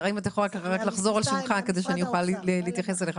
אז האם אתה יכול רק לחזור על שמך כדי שאני אוכל להתייחס אליך.